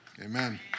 Amen